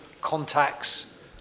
contacts